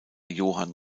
johann